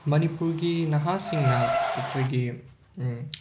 ꯃꯅꯤꯄꯨꯔꯒꯤ ꯅꯍꯥꯁꯤꯡꯅ ꯑꯩꯈꯣꯏꯒꯤ